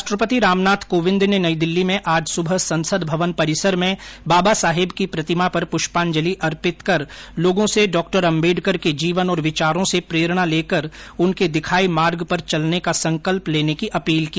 राष्ट्रपति रामनाथ कोविंद ने नई दिल्ली में आज सुबह संसद भवन परिसर में बाबा साहब की प्रतिमा पर पुष्पांजलि अर्पित कर लोगों से डॉक्टर अम्बेडकर के जीवन और विचारों से प्रेरणा लेकर उनके दिखाए मार्ग पर चलने का संकल्प लेने की अपील की